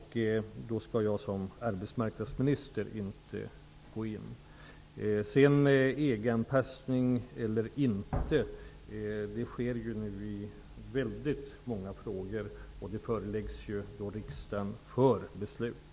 Då skall jag som arbetsmarknadsminister inte gå in. EG-anpassning sker nu i många frågor. De anpassningar som görs föreläggs riksdagen för beslut.